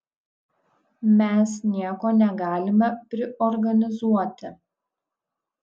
mes nieko negalime priorganizuoti